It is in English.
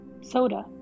soda